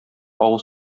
авыз